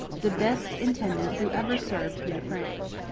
the best intendant who ever served new france.